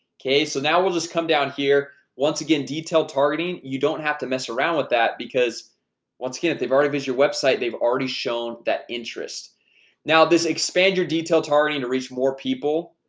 okay. so now we'll just come down here once again detail targeting you don't have to mess around with that because once again if they've already miss your website they've already shown that interest now this expand your detail targeting to reach more people.